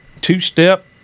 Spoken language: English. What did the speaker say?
two-step